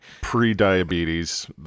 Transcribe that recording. pre-diabetes